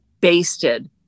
basted